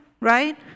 Right